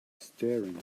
staring